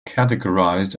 categorised